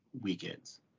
Weekends